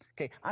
Okay